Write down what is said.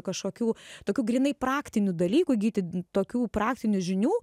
kažkokių tokių grynai praktinių dalykų įgyti tokių praktinių žinių